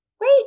wait